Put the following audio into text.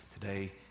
today